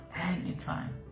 anytime